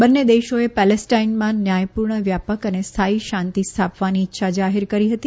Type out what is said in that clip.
બંને દેશોએ પેલેસ્ટાઈનમાં ન્યાયપૂર્ણ વ્યાપક અને સ્થાથી શાંતિ સ્થાપવાની ઈચ્છા જાહેર કરી હતી